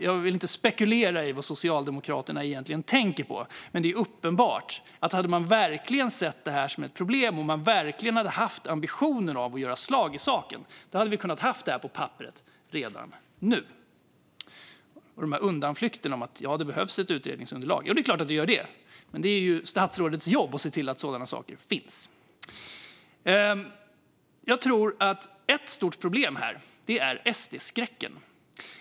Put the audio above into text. Jag vill inte spekulera i vad Socialdemokraterna egentligen tänker på, men det är uppenbart att om man verkligen hade sett detta som ett problem och verkligen hade haft ambitionen att göra slag i saken hade förslaget funnits på papper redan nu. Sedan finns undanflykterna om att det behövs ett utredningsunderlag. Det är klart, men det är statsrådets jobb att se till att sådana saker finns. Jag tror att ett stort problem är SD-skräcken.